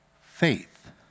faith